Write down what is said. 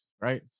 right